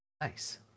Nice